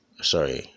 sorry